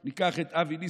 בו.